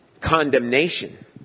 condemnation